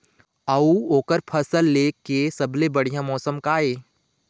अऊ ओकर फसल लेय के सबसे बढ़िया मौसम का ये?